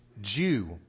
Jew